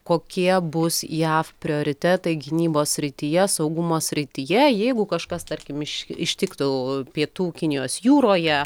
kokie bus jav prioritetai gynybos srityje saugumo srityje jeigu kažkas tarkim iš ištiktų pietų kinijos jūroje